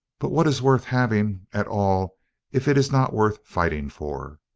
but what is worth having at all if it is not worth fighting for?